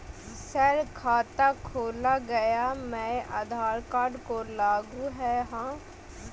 Sir खाता खोला गया मैं आधार कार्ड को लागू है हां?